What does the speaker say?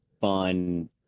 fun